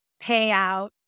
payout